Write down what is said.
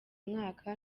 mwaka